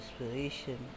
inspiration